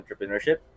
entrepreneurship